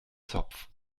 zopf